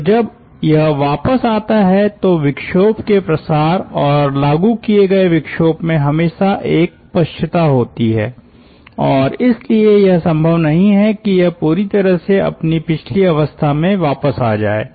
तो जब यह वापस आता है तो विक्षोभ के प्रसार और लागू किये गए विक्षोभ में हमेशा एक पश्चता होती है और इसलिए यह संभव नहीं है कि यह पूरी तरह से अपनी पिछली अवस्था में वापस आ जाए